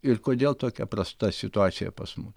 ir kodėl tokia prasta situacija pas mus